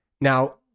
Now